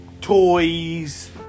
toys